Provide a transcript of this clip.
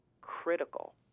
critical